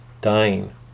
dying